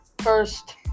first